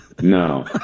No